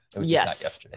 Yes